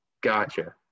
Gotcha